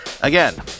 Again